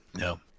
No